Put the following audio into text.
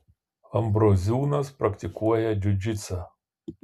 ambroziūnas praktikuoja džiudžitsą